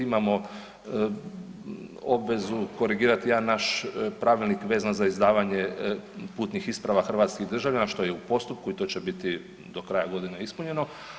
Imamo obvezu korigirati jedan naš pravilnik vezan za izdavanje putnih isprava hrvatskih državljana što je i u postupku i to će biti do kraja godine ispunjeno.